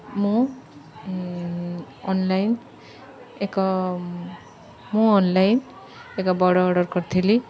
ମୁଁ ଅନ୍ଲାଇନ୍ ଏକ ମୁଁ ଅନ୍ଲାଇନ୍ ଏକ ବଡ଼ ଅର୍ଡ଼ର୍ କରିଥିଲି